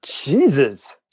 Jesus